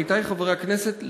עמיתי חברי הכנסת,